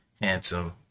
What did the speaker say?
handsome